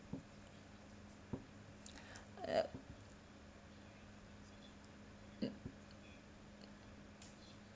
uh mm